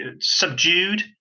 subdued